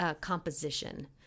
composition